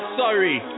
sorry